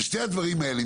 ושני הדברים האלה,